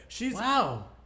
Wow